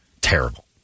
terrible